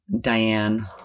Diane